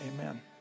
amen